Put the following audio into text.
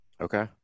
Okay